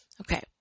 Okay